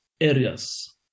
areas